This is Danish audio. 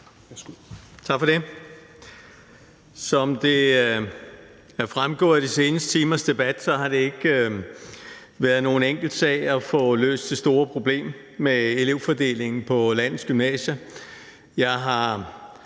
Tak for det. Som det er fremgået af de seneste timers debat, har det ikke været nogen enkel sag at få løst det store problem med elevfordelingen på landets gymnasier. Jeg har